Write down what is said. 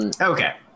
Okay